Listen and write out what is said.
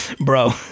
Bro